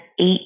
eight